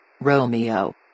Romeo